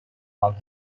love